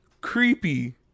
Creepy